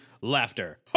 Laughter